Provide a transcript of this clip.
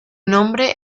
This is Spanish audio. nombre